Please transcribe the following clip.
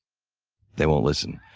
they won't listen.